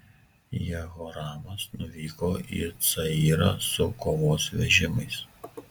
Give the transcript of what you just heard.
jehoramas nuvyko į cayrą su kovos vežimais